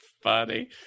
funny